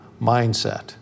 mindset